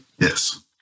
Yes